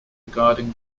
regarding